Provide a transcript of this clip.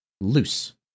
loose